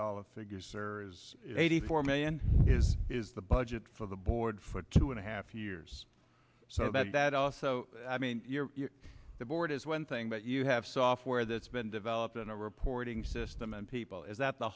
dollar figures or eighty four million is is the budget for the board for two and a half years so that that also i mean the board is one thing but you have software that's been developed in a reporting system and people is that the